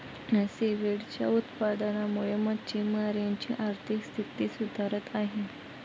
सीव्हीडच्या उत्पादनामुळे मच्छिमारांची आर्थिक स्थिती सुधारत आहे